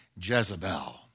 Jezebel